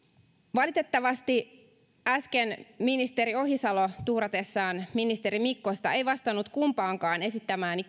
valitettavasti äsken ministeri ohisalo tuuratessaan ministeri mikkosta ei vastannut kumpaankaan esittämääni